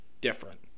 Different